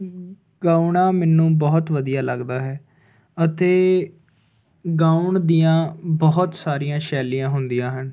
ਗਾਉਣਾ ਮੈਨੂੰ ਬਹੁਤ ਵਧੀਆ ਲੱਗਦਾ ਹੈ ਅਤੇ ਗਾਉਣ ਦੀਆਂ ਬਹੁਤ ਸਾਰੀਆਂ ਸੈਲੀਆਂ ਹੁੰਦੀਆਂ ਹਨ